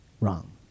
Wrong